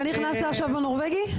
אתה נכנסת עכשיו בנורווגי?